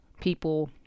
people